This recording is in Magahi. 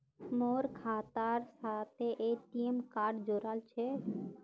मोर खातार साथे ए.टी.एम कार्ड जुड़ाल छह